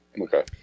Okay